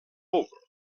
over